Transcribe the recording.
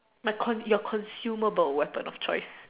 my con your consumable weapon of choice